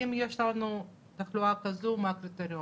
אם יש תחלואה כזו מה הקריטריון,